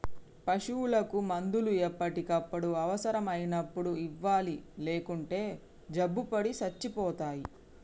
పశువులకు మందులు ఎప్పటికప్పుడు అవసరం అయినప్పుడు ఇవ్వాలి లేకుంటే జబ్బుపడి సచ్చిపోతాయి